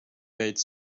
made